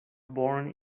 born